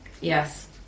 yes